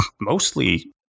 mostly